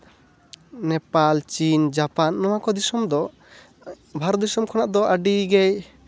ᱱᱮᱯᱟᱞ ᱪᱤᱱ ᱡᱟᱯᱟᱱ ᱱᱚᱣᱟ ᱠᱚ ᱫᱤᱥᱚᱢ ᱫᱚ ᱵᱷᱟᱨᱚᱛ ᱫᱤᱥᱚᱢ ᱠᱷᱚᱱᱟᱜ ᱫᱚ ᱟᱹᱰᱤᱜᱮ